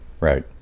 right